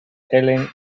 ellen